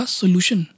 solution